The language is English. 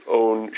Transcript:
own